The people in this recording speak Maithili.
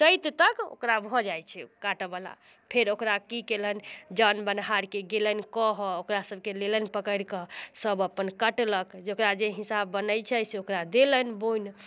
चैत तक ओकरा भऽ जाइ छै काटऽवला फेर ओकरा की केलनि जन बोनिहारके गेलनि कहै ओकरा सभके लेलनि पकड़िकऽ सभ अपन कटलक जकरा जे हिसाब बनै छै से ओकरा देलनि बोइन